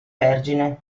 vergine